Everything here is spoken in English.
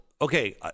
okay